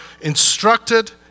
instructed